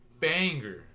banger